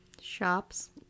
Shops